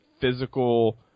physical